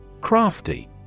Crafty